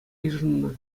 йышӑннӑ